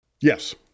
Yes